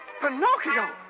Pinocchio